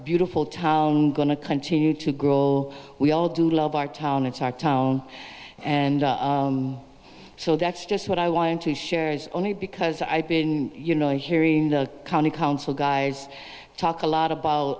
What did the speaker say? beautiful town going to continue to grow we all do love our town it's our town and so that's just what i want to share is only because i've been you know hearing the county council guys talk a lot about